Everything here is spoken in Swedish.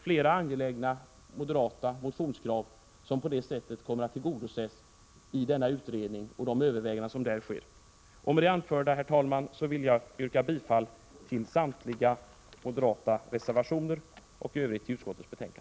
Flera angelägna moderata motionskrav kommer då att tillgodoses i denna utredning och i de överväganden som där sker. Med det anförda, herr talman, vill jag yrka bifall till samtliga moderata reservationer och i övrigt till utskottets hemställan.